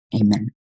Amen